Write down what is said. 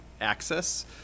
access